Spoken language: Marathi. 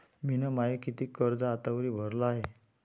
मिन माय कितीक कर्ज आतावरी भरलं हाय?